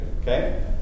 Okay